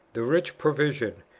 the rich provision,